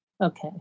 Okay